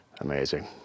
Amazing